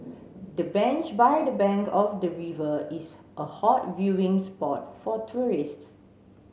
the bench by the bank of the river is a hot viewing spot for tourists